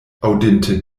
aŭdinte